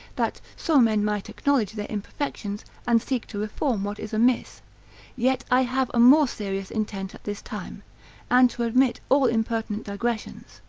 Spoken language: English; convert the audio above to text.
that so men might acknowledge their imperfections, and seek to reform what is amiss yet i have a more serious intent at this time and to omit all impertinent digressions,